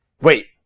Wait